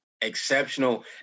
exceptional